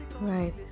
right